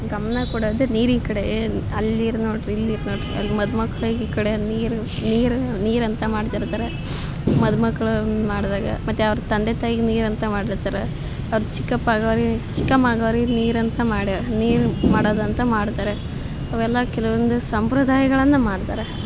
ಗಮನ ಕೊಡೋದೇ ನೀರಿನ ಕಡೆ ಅಲ್ಲಿ ನೀರು ನೋಡಿರಿ ಇಲ್ಲಿ ನೀರು ನೋಡಿರಿ ಅಲ್ಲಿ ಮದುಮಕ್ಕಳಿಗೆ ಈ ಕಡೆ ನೀರು ನೀರು ನೀರಂತ ಮಾಡ್ತಿರ್ತಾರೆ ಮದುಮಕ್ಳು ಮಾಡಿದಾಗ ಮತ್ತೆ ಅವ್ರ ತಂದೆ ತಾಯಿಗೆ ನೀರು ಅಂತ ಮಾಡಿರ್ತಾರೆ ಅವ್ರ ಚಿಕ್ಕಪ್ಪ ಆಗೋರಿಗೆ ಚಿಕ್ಕಮ್ಮ ಆಗೋರಿಗೆ ನೀರು ಅಂತ ಮಾಡ್ಯಾರ ನೀರು ಮಾಡೋದಂತ ಮಾಡ್ತಾರೆ ಅವೆಲ್ಲ ಕೆಲವೊಂದು ಸಂಪ್ರದಾಯಗಳನ್ನು ಮಾಡ್ತಾರೆ